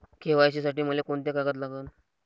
KYC साठी मले कोंते कागद लागन?